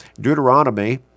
Deuteronomy